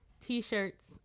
t-shirts